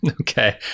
Okay